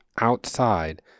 outside